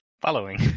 Following